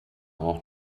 auch